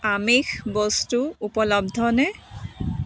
আমিষ বস্তু উপলব্ধনে